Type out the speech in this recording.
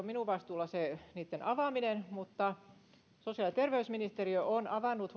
minun vastuullani niitten avaaminen mutta sosiaali ja terveysministeriö on avannut